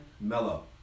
mellow